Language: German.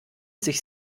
sich